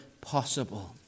possible